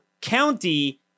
county